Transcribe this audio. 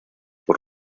por